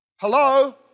Hello